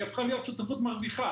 היא הפכה להיות שותפות מרוויחה,